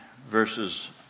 verses